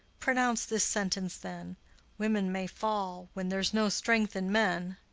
pronounce this sentence then women may fall when there's no strength in men.